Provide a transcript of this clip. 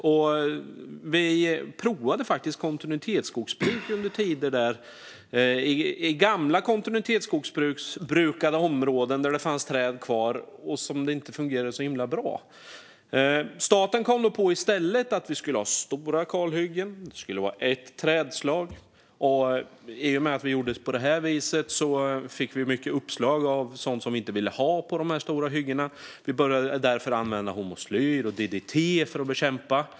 Då provade vi faktiskt kontinuitetsskogsbruk i gamla kontinuitetsbrukade områden där det fanns träd kvar. Det fungerade inte så himla bra, och staten kom då i stället på att vi skulle ha stora kalhyggen och ett enda trädslag. I och med att vi gjorde på det här viset fick vi mycket uppslag av sådant som vi inte ville ha på de här stora hyggena och började därför att använda hormoslyr och DDT för bekämpning.